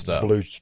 blue